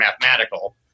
mathematical